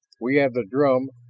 we have the drum,